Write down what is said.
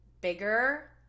bigger